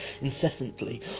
incessantly